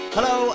Hello